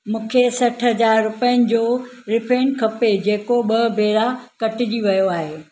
मूंखे सठु हज़ार रुपियनि जो रीफंड खपे जेको ॿ भेरा कटिजी वियो आहे